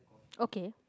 okay